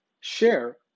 share